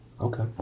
Okay